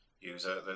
user